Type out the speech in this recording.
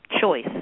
choice